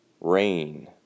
rain